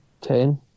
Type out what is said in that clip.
ten